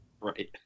right